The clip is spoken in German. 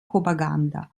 propaganda